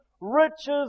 riches